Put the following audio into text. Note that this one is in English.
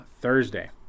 Thursday